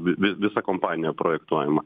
vi vi visa kompanija projektuojama